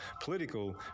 political